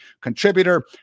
contributor